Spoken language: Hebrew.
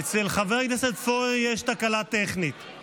אצל חבר הכנסת פורר יש תקלה טכנית,